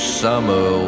summer